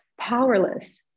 powerless